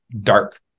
dark